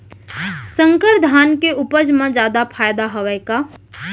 संकर धान के उपज मा जादा फायदा हवय का?